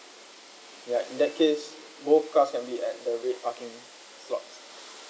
yeah in that case both cars can be at the red parking slots